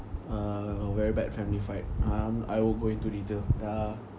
uh a very bad family fight um I won't go into detail err